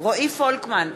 רועי פולקמן,